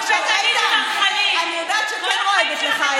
אני יודעת שהיד שלך כן רועדת.